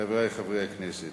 חברי חברי הכנסת,